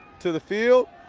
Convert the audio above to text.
to the field.